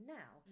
now